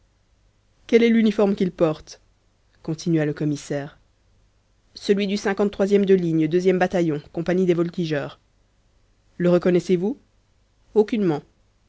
quel est l'uniforme qu'il porte continua le commissaire celui du e de ligne e bataillon compagnie des voltigeurs le reconnaissez-vous aucunement